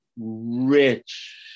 rich